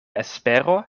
espero